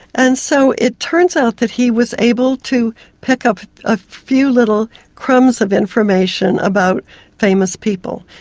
and so it turns out that he was able to pick up a few little crumbs of information about famous people.